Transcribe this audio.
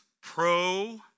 pro-